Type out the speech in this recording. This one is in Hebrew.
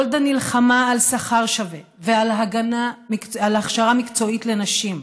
גולדה נלחמה על שכר שווה ועל הכשרה מקצועית לנשים.